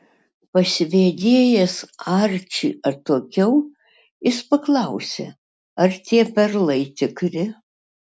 pasivedėjęs arčį atokiau jis paklausė ar tie perlai tikri